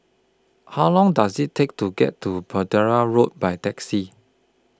How Long Does IT Take to get to Road By Taxi